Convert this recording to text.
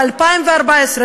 ב-2014,